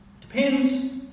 depends